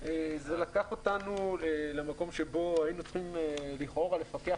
זה לקח אותנו למקום שבו היינו צריכים לכאורה לפקח